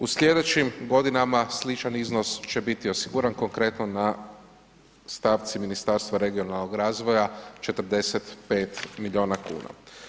U slijedećim godinama sličan iznos će biti osiguran, konkretno na stavci Ministarstva regionalnog razvoja, 45 milijuna kuna.